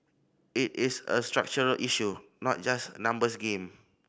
it is a structural issue not just a numbers game